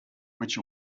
which